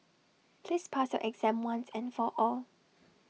please pass your exam once and for all